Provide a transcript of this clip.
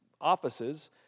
Offices